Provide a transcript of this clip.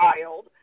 child